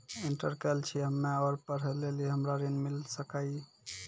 Inter केल छी हम्मे और पढ़े लेली हमरा ऋण मिल सकाई?